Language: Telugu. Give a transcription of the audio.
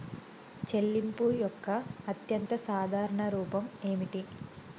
చెల్లింపు యొక్క అత్యంత సాధారణ రూపం ఏమిటి?